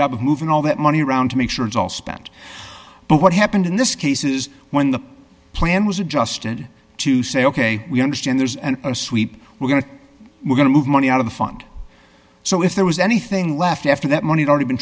job of moving all that money around to make sure it's all spent but what happened in this case is when the plan was adjusted to say ok we understand there's an sweep we're going to we're going to move money out of the fund so if there was anything left after that money is already been